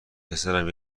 پسرم